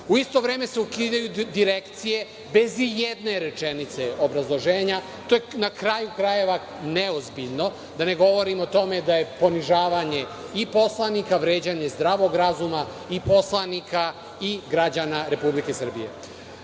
U isto vreme se ukidaju direkcije bez i jedne rečenice obrazloženja. To je, na kraju krajeva, neozbiljno. Da ne govorim o tome da je ponižavanje i poslanika, vređanje zdravog razuma i poslanika i građana Republike Srbije.